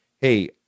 Hey